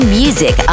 music